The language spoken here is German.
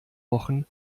wochen